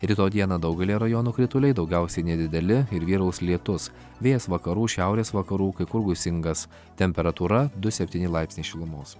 rytoj dieną daugelyje rajonų krituliai daugiausiai nedideli ir vyraus lietus vėjas vakarų šiaurės vakarų kai kur gūsingas temperatūra du septyni laipsniai šilumos